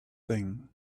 thing